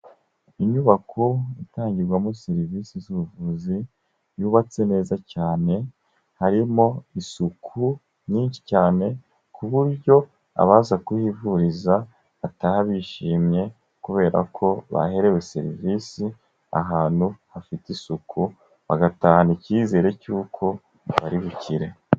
Inyubako itangirwamo serivisi z'ubuvuzi yubatse neza cyane, harimo isuku nyinshi cyane ku buryo abaza kuhivuriza bataha bishimye kubera ko baherewe serivisi ahantu hafite isuku, bagatahana icyizere cyuko bari bukire.